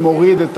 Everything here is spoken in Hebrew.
ומוריד,